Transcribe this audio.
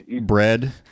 bread